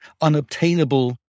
unobtainable